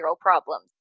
problems